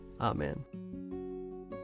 Amen